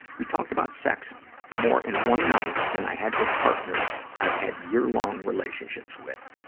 we talked about sex more in one night than i had with partners i'd had year-long relationships with.